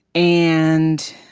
and